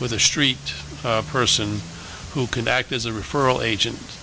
with a street person who can act as a referral agent